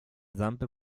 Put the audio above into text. zampe